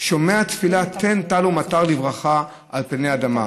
שומע תפילה, תן טל ומטר לברכה על פני האדמה.